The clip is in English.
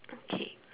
okay